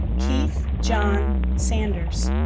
keith john sanders